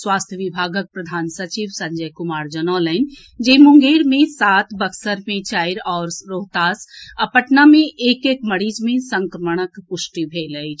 स्वास्थ्य विभागक प्रधान सचिव संजय कुमार जनौलनि जे मुंगेर मे सात बक्सर मे चारि आओर रोहतास आ पटना मे एक एक मरीज मे संक्रमणक पुष्टि भेल अछि